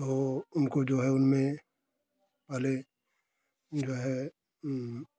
तो उनको जो है उनमें पहले जो है